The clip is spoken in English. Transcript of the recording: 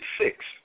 six